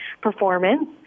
performance